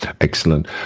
Excellent